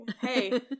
Hey